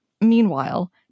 Meanwhile